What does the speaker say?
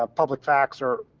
ah public facts are,